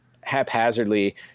haphazardly